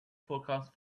forecast